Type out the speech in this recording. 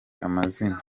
amazina